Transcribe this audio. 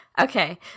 Okay